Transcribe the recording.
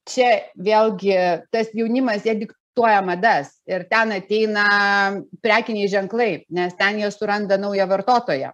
čia vėlgi tas jaunimas jie diktuoja madas ir ten ateina prekiniai ženklai nes ten jie suranda naują vartotoją